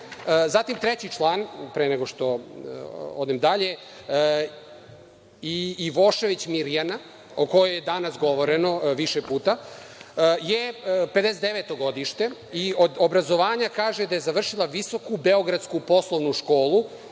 treći član, pre nego što odem dalje, Ivošević Mirjana, o kojoj je danas govoreno više puta, je 1959. godište i od obrazovanja kaže da je završila Visoku Beogradsku poslovnu školu,